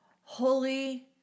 Holy